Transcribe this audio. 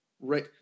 right